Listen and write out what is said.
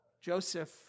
Joseph